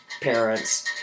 parents